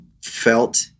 felt